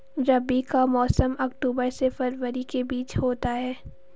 रबी का मौसम अक्टूबर से फरवरी के बीच होता है